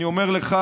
אני אומר לך,